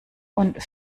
und